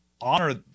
honor